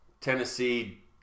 Tennessee